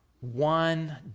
one